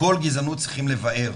כל גזענות צריכים לבער.